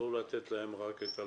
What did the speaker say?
לא לתת להם רק את הלוקסוס,